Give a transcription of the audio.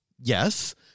Yes